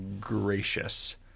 gracious